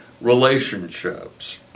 relationships